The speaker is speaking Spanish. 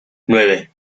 nueve